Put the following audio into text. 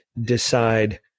decide